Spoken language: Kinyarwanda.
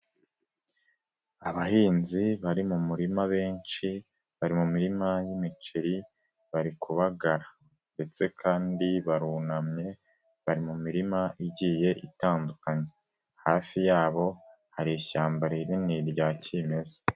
Abahinzi bari mu murima benshi, bari mu mirima y'imiceri, bari kubagara ndetse kandi barunamye, bari mu mirima igiye itandukanye. Hafi yabo hari ishyamba rinini rya kimeza.